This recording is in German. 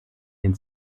den